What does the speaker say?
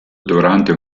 durante